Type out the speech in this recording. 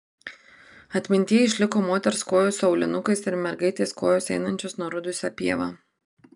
atmintyje išliko moters kojos su aulinukais ir mergaitės kojos einančios nurudusia pieva